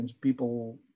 people